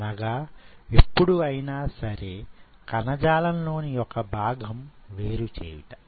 అనగా ఎప్పుడు ఐనా సరే కణజాలంలోని ఒక భాగం వేరు చేయుట